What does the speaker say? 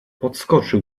podskoczył